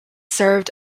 served